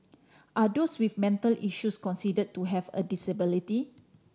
are those with mental issues considered to have a disability